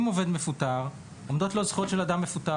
אם עובד מפוטר, עומדות לו הזכויות של אדם מפוטר.